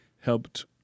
helped